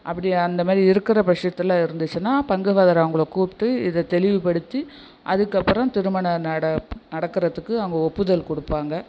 அப்படி அந்த மாதிரி இருக்கிற பட்சத்தில் இருந்துச்சுன்னால் பங்கு ஃபாதர் அவங்களை கூப்பிட்டு இதை தெளிவுபடுத்தி அதுக்கப்புறம் திருமணம் நட நடக்கிறதுக்கு அவங்க ஒப்புதல் கொடுப்பாங்க